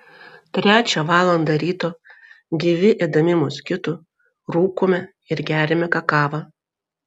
trečią valandą ryto gyvi ėdami moskitų rūkome ir geriame kakavą